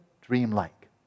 dream-like